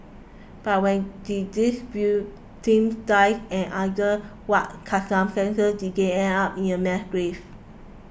but when did these victims die and under what circumstances did they end up in a mass grave